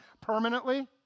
permanently